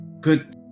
Good